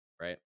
right